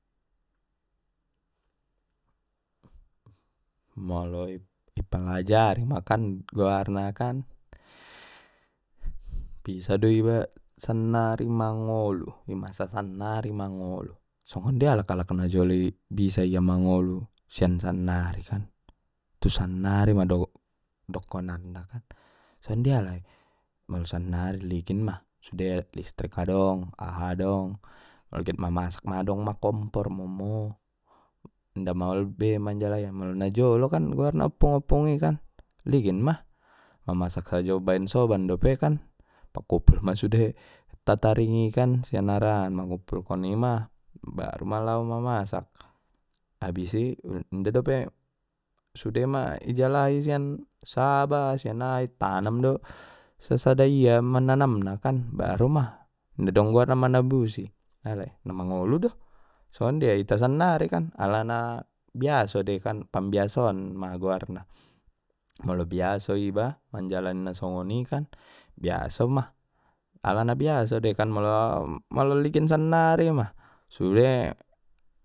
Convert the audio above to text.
Molo i-ipangajari ma kan goarna kan bisa do iba sannari mangolu ima sa-sannari mangolu sonjia alak-alak na jolo i bisa ia mangolu sian sannari kan tu sannari ma do-dokonan na kan sondia alai molo sannari ligin ma sude listrik adong aha adong molo get mamasak ma adong ma kompor momo inda maol be manjalaina molo na jolo kan goarna oppung-oppung i kan ligin ma mamasak sajo baen soban dope kan pakkupul ma sude tataring i kan sian arangan manguppulkon ima baru ma lao mamasak abis inda dope sudema ji alai sian saba sian aha tanam do sasada ia mananam na kan baru ma inda dong guarna manabusi ale na mangolu do son dia ita sannari alana biaso dei kan pambiasoan ma goarna molo biaso iba manajalni na songoni kan biaso ma alana biaso dei kan molo ligin sannari ma sude.